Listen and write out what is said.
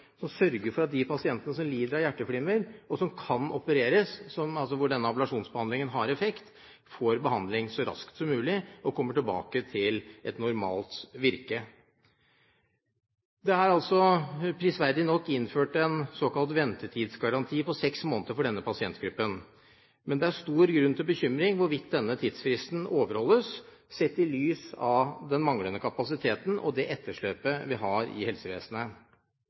som sørger for at de pasientene som lider av hjerteflimmer, og som kan opereres – altså hvor ablasjonsbehandlingen har effekt – får behandling så raskt som mulig og kommer tilbake til et normalt virke. Det er altså prisverdig nok innført en såkalt ventetidsgaranti på seks måneder for denne pasientgruppen, men det er stor grunn til bekymring om hvorvidt denne tidsfristen overholdes, sett i lys av den manglende kapasiteten og det etterslepet vi har i helsevesenet.